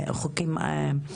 יש חוקים שהתייחסו,